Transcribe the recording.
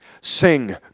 Sing